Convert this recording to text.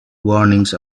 warnings